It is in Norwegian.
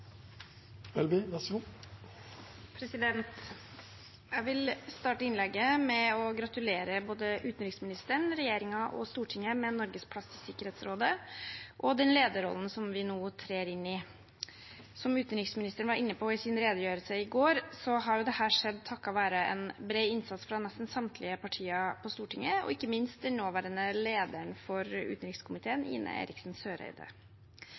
vil starte innlegget med å gratulere både utenriksministeren, regjeringen og Stortinget med Norges plass i Sikkerhetsrådet og den lederrollen som vi nå trer inn i. Som utenriksministeren var inne på i sin redegjørelse i går, har dette skjedd takket være en bred innsats fra nesten samtlige partier på Stortinget og ikke minst den nåværende lederen for utenrikskomiteen, Ine Eriksen Søreide.